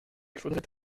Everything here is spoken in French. faudrait